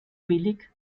billig